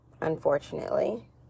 unfortunately